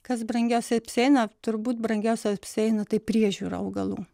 kas brangiausiai apsieina turbūt brangiausiai apsieina tai priežiūra augalų